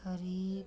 ख़रीद